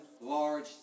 large